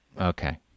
Okay